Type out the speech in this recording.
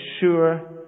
sure